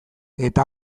eta